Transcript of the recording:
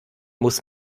muss